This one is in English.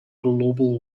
global